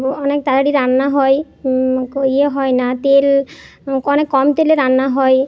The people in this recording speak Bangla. অনেক তাড়াতাড়ি রান্না হয় ইয়ে হয় না তেল অনেক কম তেলে রান্না হয়